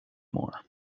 more